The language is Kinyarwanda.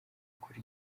ukuri